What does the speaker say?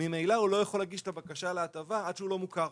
ממילא הוא לא יכול להגיש את הבקשה להטבה עד שהוא לא מוכר,